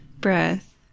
breath